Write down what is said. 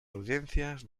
audiencias